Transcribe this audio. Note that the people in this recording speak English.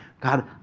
God